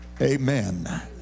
amen